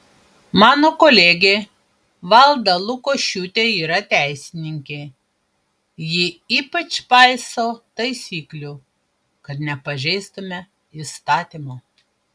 mano kolegė valda lukošiūtė yra teisininkė ji ypač paiso taisyklių kad nepažeistume įstatymo